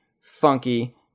Funky